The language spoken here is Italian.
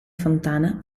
fontana